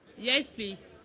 yes, please.